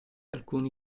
alcuni